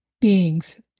beings